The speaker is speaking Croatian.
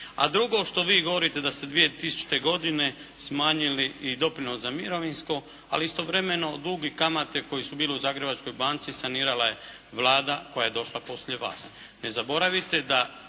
A drugo što vi govorite da ste 2000. godine smanjili i doprinos za mirovinsko, ali istovremeno dug i kamate koji su bili u Zagrebačkoj banci sanirala je Vlada koja je došla poslije vas.